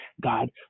God